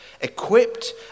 equipped